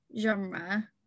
genre